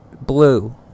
blue